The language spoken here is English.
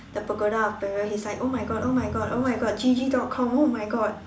the Pagoda of Peril he is like oh my god oh my god oh my god G_G dot com oh my god